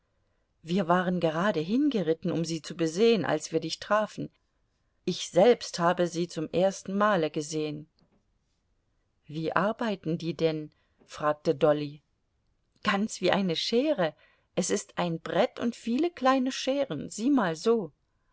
wir waren gerade hingeritten um sie zu besehen als wir dich trafen ich selbst habe sie zum ersten male gesehen wie arbeiten die denn fragte dolly ganz wie eine schere es ist ein brett und viele kleine scheren sieh mal so